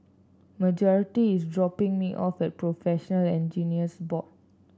Marjory is dropping me off at Professional Engineers Board